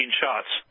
shots